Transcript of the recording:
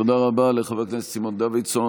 תודה רבה לחבר הכנסת סימון דוידסון.